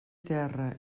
terra